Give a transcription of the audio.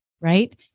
right